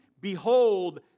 behold